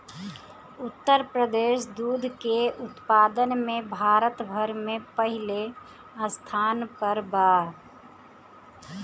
उत्तर प्रदेश दूध के उत्पादन में भारत भर में पहिले स्थान पर बा